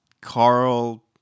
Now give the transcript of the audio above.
Carl